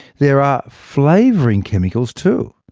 there are flavouring chemicals too.